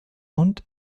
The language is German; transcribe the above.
und